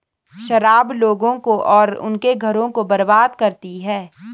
शराब लोगों को और उनके घरों को बर्बाद करती है